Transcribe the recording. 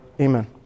Amen